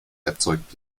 erzeugt